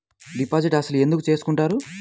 Deposit అసలు ఎందుకు చేసుకుంటారు?